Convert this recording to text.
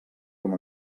com